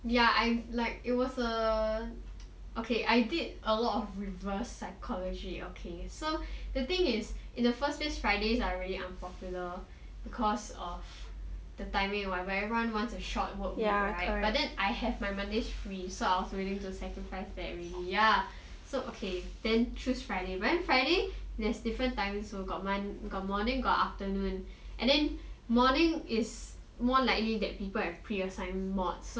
ya I like it was err okay I did a lot of reverse psychology okay so the thing is in the first place fridays are really unpopular because of the timing and whatever everyone wants a short work week right but then I have my monday free so I was willing to sacrifice that already so okay then choose friday but then friday there's different timings you got morning got afternoon and then morning is more likely that people have preassigned mods